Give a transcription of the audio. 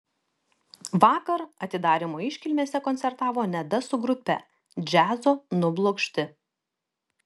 vakar atidarymo iškilmėse koncertavo neda su grupe džiazo nublokšti